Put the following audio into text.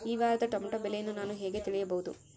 ಈ ವಾರದ ಟೊಮೆಟೊ ಬೆಲೆಯನ್ನು ನಾನು ಹೇಗೆ ತಿಳಿಯಬಹುದು?